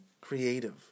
creative